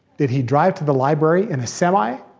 did he drive to the library in a semi?